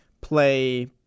play